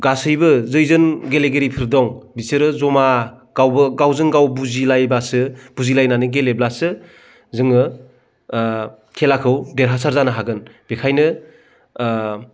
गासैबो जैजोन गेलेगिरिफोर दं बिसोरो जमा गावजों गाव बुजिलायबासो बुजिलायनानै गेलेब्लासो जोङो खेलाखौ देरहासार जानो हागोन बेनिखायनो